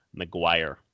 McGuire